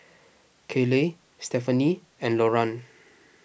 Kayleigh Stephaine and Loran